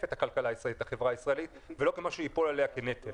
את הכלכלה הישראלית ואת החברה הישראלית ולא כמשהו שייפול עליה כנטל.